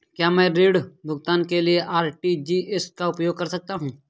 क्या मैं ऋण भुगतान के लिए आर.टी.जी.एस का उपयोग कर सकता हूँ?